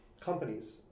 companies